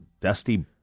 Dusty